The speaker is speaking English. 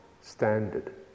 standard